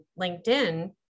LinkedIn